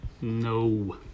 No